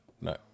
no